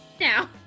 Now